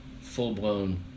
full-blown